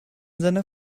seiner